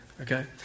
Okay